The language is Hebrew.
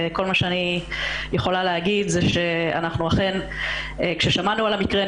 כל מה שאני יכולה להגיד זה שכאשר שמענו על המקרה,